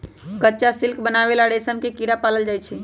कच्चा सिल्क बनावे ला रेशम के कीड़ा पालल जाई छई